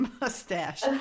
mustache